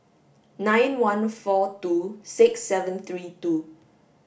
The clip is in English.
nine one four two six seven three two